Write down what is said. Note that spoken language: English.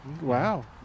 Wow